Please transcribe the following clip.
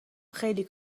خیلی